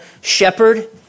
shepherd